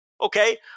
okay